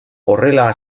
horrela